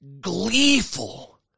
gleeful